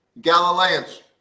Galileans